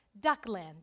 Duckland